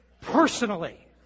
personally